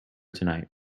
tonight